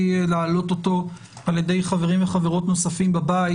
להעלות על ידי חברים וחברות נוספים בבית,